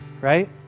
Right